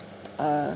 uh